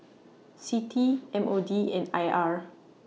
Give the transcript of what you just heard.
CITI M O D and I R